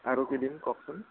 আৰু কি দিম কওকচোন